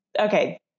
Okay